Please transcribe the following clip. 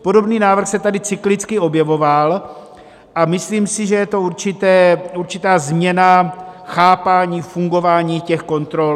Podobný návrh se tady cyklicky objevoval a myslím si, že je to určitá změna chápání fungování těch kontrol.